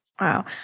Wow